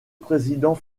président